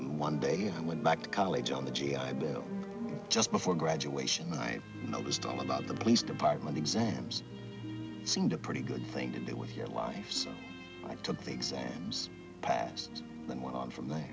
one day and went back to college on the g i bill just before graduation i noticed all about the police department exams seemed a pretty good thing to do with your life so i took the exams passed them on from there